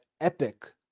epic